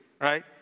right